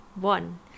One